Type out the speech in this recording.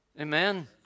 Amen